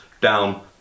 down